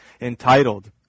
entitled